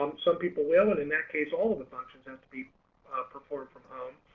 um some people will it in that case all the functions have to be performed from home,